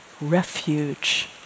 refuge